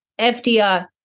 FDR